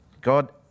God